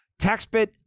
Taxbit